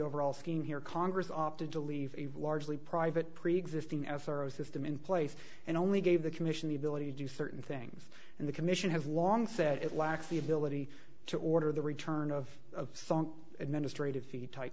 overall scheme here congress opted to leave a largely private preexisting with them in place and only gave the commission the ability to do certain things and the commission have long said it lacks the ability to order the return of song administrative fee type